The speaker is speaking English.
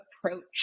approach